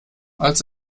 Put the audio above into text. als